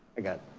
i got